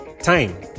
time